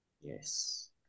Yes